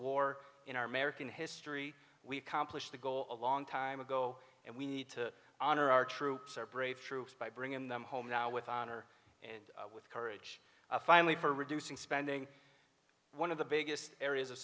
war in our american history we accomplished the goal a long time ago and we need to honor our troops our brave troops by bringing them home now with honor and with courage finally for reducing spending one of the biggest areas of